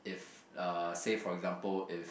if uh say for example if